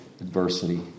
adversity